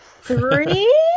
Three